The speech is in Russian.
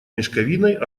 мешковиной